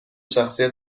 شخصی